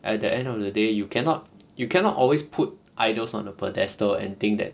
at the end of the day you cannot you cannot always put idols on the pedestal and think that